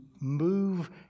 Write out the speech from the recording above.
move